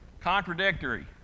contradictory